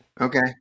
Okay